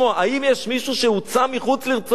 האם יש מישהו שהוצא מחוץ לרצונו?